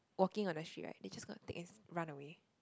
walking on the street they just gonna take and run away